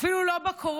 אפילו לא בקורונה.